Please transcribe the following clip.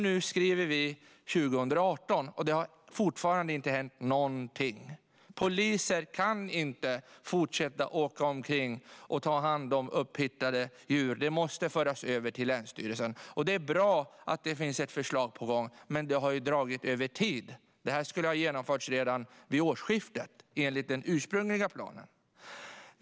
Nu skriver vi 2018, och det har fortfarande inte hänt någonting. Poliser kan inte fortsätta att åka omkring och ta hand om upphittade djur. Det måste föras över till länsstyrelsen. Det är bra att det finns ett förslag på gång. Men det dragit över på tiden. Det skulle ha genomförts redan vid årsskiftet enligt den ursprungliga planen.